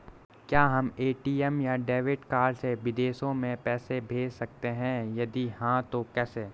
क्या हम ए.टी.एम या डेबिट कार्ड से विदेशों में पैसे भेज सकते हैं यदि हाँ तो कैसे?